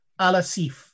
Alasif